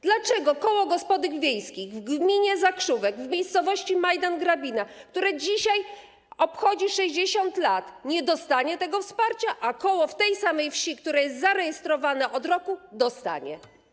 Dlaczego koło gospodyń wiejskich w gminie Zakrzówek w miejscowości Majdan-Grabina, które dzisiaj obchodzi 60 lat, nie dostanie tego wsparcia, a koło w tej samej wsi, które jest zarejestrowane od roku, dostanie?